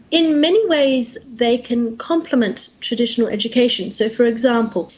in many ways they can complement traditional education. so for example,